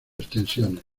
extensiones